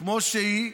כמו שהיא,